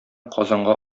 казанга